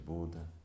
Buddha